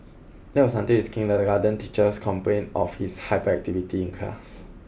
that was until his kindergarten teachers complained of his hyperactivity in class